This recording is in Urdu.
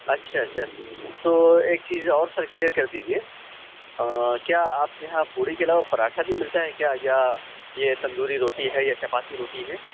اچھا اچھا تو ایک چیز اور سر كلیئر كر دیجیے کیا آپ کے یہاں پوڑی کے علاوہ پراٹھا بھی ملتا ہے کیا یا یہ تندوری روٹی ہے یا چپاتی روٹی ہے